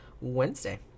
Wednesday